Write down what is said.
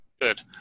good